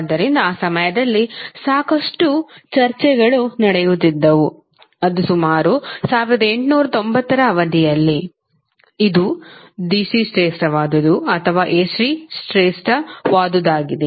ಆದ್ದರಿಂದ ಆ ಸಮಯದಲ್ಲಿ ಸಾಕಷ್ಟು ಚರ್ಚೆಗಳು ನಡೆಯುತ್ತಿದ್ದವು ಅದು ಸುಮಾರು 1890 ರ ಅವಧಿಯಲ್ಲಿ ಇದು DC ಶ್ರೇಷ್ಠವಾದುದು ಅಥವಾ AC ಶ್ರೇಷ್ಠವಾದುದಾಗಿದೆ